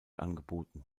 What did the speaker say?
angeboten